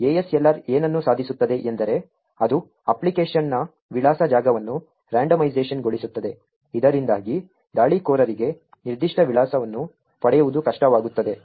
ASLR ಏನನ್ನು ಸಾಧಿಸುತ್ತದೆ ಎಂದರೆ ಅದು ಅಪ್ಲಿಕೇಶನ್ನ ವಿಳಾಸ ಜಾಗವನ್ನು ರಂಡೋಮೈಸೇಶನ್ ಗೊಳಿಸುತ್ತದೆ ಇದರಿಂದಾಗಿ ದಾಳಿಕೋರರಿಗೆ ನಿರ್ದಿಷ್ಟ ವಿಳಾಸಗಳನ್ನು ಪಡೆಯುವುದು ಕಷ್ಟವಾಗುತ್ತದೆ